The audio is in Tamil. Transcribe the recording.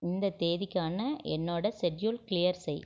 இந்த தேதிக்கான என்னோட செட்யூல் க்ளீயர் செய்